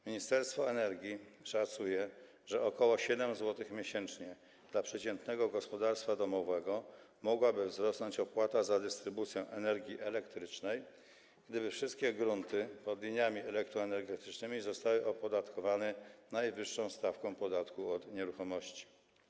Ministerstwo Energii szacuje, że o ok. 7 zł miesięcznie dla przeciętnego gospodarstwa domowego mogłaby wzrosnąć opłata za dystrybucję energii elektrycznej, gdyby wszystkie grunty pod liniami elektroenergetycznymi zostały opodatkowane najwyższą stawką podatku od nieruchomości.